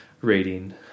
rating